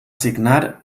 signar